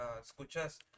Escuchas